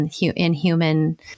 inhuman